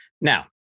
Now